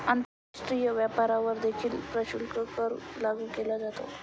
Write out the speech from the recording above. आंतरराष्ट्रीय व्यापारावर देखील प्रशुल्क कर लागू केला जातो